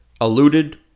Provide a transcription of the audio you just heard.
Alluded